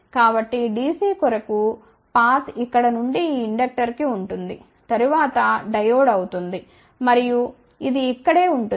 కాబట్టి dc కొరకు పాత్ ఇక్కడ నుండి ఈ ఇండక్టర్ కి ఉంటుంది తరువాత డయోడ్ అవుతుంది మరియు ఇది ఇక్క డే ఉంటుంది